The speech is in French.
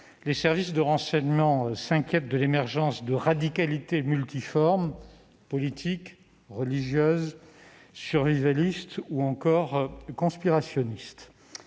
les services de renseignement s'inquiètent de l'émergence de radicalités multiformes : politiques, religieuses, survivalistes ou encore conspirationnistes.